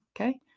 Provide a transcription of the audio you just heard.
Okay